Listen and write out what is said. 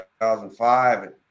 2005